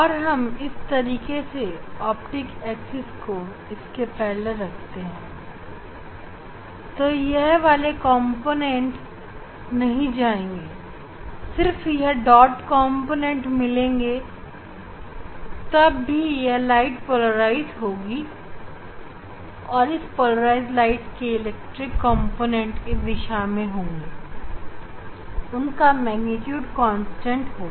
और हम इस तरीके से ऑप्टिक एक्सिस को इसके पैरेलल रखते हैं तो यह वाले कॉम्पोनेंटनहीं जाएंगे और सिर्फ यह कॉम्पोनेंट मिलेंगे तब यह प्रकाश पोलराइज होगी और इस पोलराइज प्रकाश के इलेक्ट्रिक कॉम्पोनेंटइस दिशा में होंगे और उनका मेग्नीट्यूड कांस्टेंट होगा